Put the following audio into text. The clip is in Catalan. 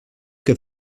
que